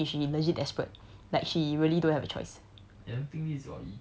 like I think she'd only ask me if she legit desperate like she really don't have a choice